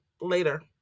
later